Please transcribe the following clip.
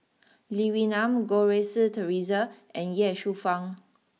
Lee Wee Nam Goh Rui Si Theresa and Ye Shufang